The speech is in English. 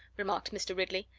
remarked mr. ridley.